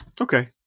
Okay